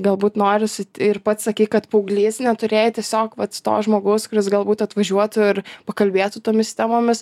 galbūt norisi ir pats sakei kad paauglys neturėjai tiesiog vat to žmogaus kuris galbūt atvažiuotų ir pakalbėtų tomis temomis